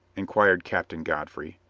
inquired captain godfrey.